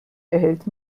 erhält